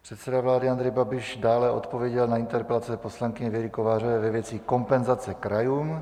Předseda vlády Andrej Babiš dále odpověděl na interpelace poslankyně Věry Kovářové ve věci kompenzace krajům.